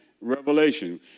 revelation